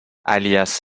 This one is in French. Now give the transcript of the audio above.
alias